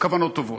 כוונות טובות.